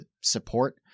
support